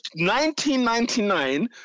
1999